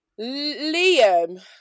Liam